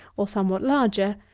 or somewhat larger,